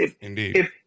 Indeed